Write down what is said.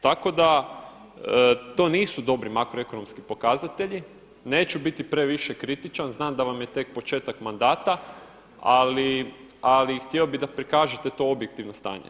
Tako da to nisu dobri makroekonomski pokazatelji, neću biti previše kritičan znam da vam je tek početak mandata ali htio bih da prikažete to objektivno stanje.